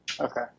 Okay